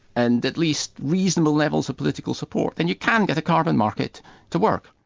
and at least reasonable levels of political support, and you can get a carbon market to work.